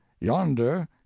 yonder